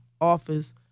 office